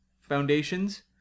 foundations